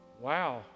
wow